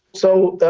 so